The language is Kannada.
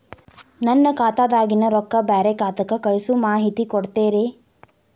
ನನ್ನ ಖಾತಾದಾಗಿನ ರೊಕ್ಕ ಬ್ಯಾರೆ ಖಾತಾಕ್ಕ ಕಳಿಸು ಮಾಹಿತಿ ಕೊಡತೇರಿ?